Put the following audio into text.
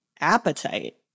appetite